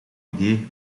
idee